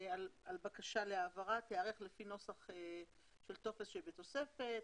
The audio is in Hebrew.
שבקשה להעברה תיערך לפי נוסח של טופס שבתוספת,